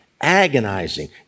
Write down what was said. agonizing